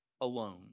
alone